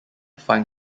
fine